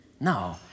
No